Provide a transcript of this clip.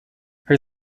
her